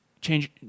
change